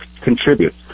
contribute